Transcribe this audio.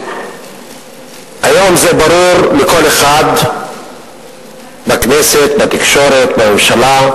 היום ברור לכל אחד בכנסת, בתקשורת, בממשלה,